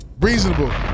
Reasonable